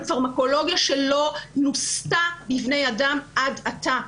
פרמקולוגיה שלא נוסתה בבני אדם עד עתה.